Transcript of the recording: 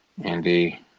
Andy